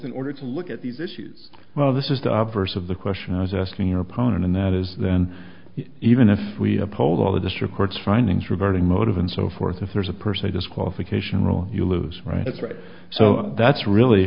an order to look at these issues well this is the first of the question i was asking your opponent and that is then even if we polled all the district court's findings regarding motive and so forth if there's a per se disqualification rule you lose right that's right so that's really